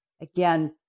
Again